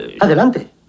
Adelante